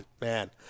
man